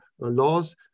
laws